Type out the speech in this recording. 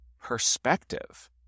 perspective